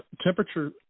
temperature